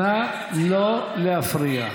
נא לא להפריע.